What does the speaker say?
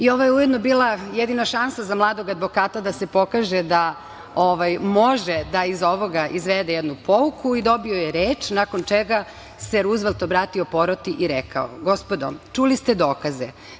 Ovo je ujedno bila jedina šansa za mladog advokata da se pokaže da može da iz ovoga izvede jednu pouku i dobio je reč nakon čega se Ruzvelt obratio poroti i rekao: „Gospodo, čuli ste dokaze.